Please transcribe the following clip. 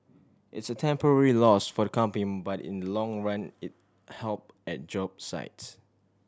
it's a temporary loss for the company but in long run it'll help at job sites